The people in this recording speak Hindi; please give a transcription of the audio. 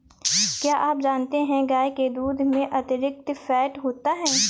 क्या आप जानते है गाय के दूध में अतिरिक्त फैट होता है